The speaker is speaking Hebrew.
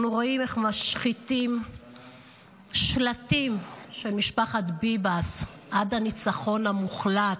אנחנו רואים איך משחיתים שלטים של משפחת ביבס עד הניצחון המוחלט.